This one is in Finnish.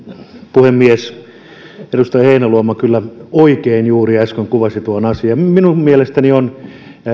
puhemies edustaja heinäluoma kyllä oikein juuri äsken kuvasi tuon asian minun minun mielestäni on